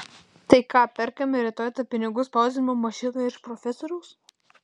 tai ką perkame rytoj tą pinigų spausdinimo mašiną iš profesoriaus